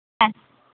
হ্যাঁ